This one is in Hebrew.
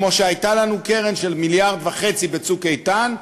כמו שהייתה לנו קרן של 1.5 מיליארד ב"צוק איתן",